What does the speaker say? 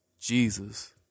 Jesus